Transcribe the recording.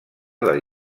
del